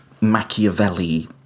Machiavelli